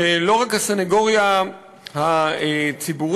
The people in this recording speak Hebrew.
שלא רק הסנגוריה הציבורית